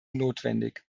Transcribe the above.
notwendig